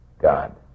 God